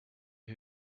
who